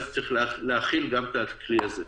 אז צריך להכיל גם את הכלי הזה.